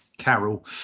carol